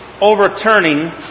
overturning